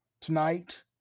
Tonight